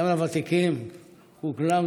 וגם לוותיקים,